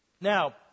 Now